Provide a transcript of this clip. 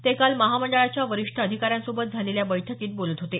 ते काल महामंडळाच्या वरिष्ठ अधिकाऱ्यांसोबत झालेल्या बैठकीत बोलत होते